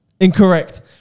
Incorrect